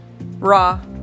raw